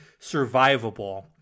survivable